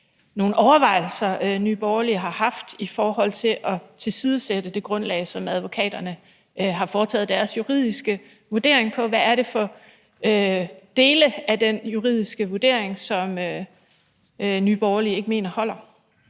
nogle overvejelser, Nye Borgerlige har haft, i forhold til at tilsidesætte det grundlag, som advokaterne har foretaget deres juridiske vurdering på. Hvad er det for dele af den juridiske vurdering, som Nye Borgerlige ikke mener holder?